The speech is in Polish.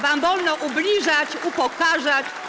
Wam wolno ubliżać, upokarzać.